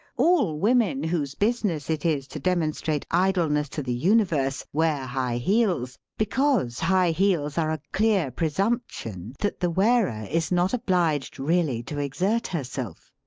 all women whose business it is to demonstrate idleness to the universe wear high heels, because high heels are a clear presumption that the wearer is not obliged really to exert herself.